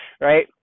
Right